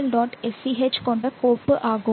sch கொண்ட கோப்பு ஆகும்